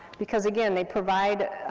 because, again, they provide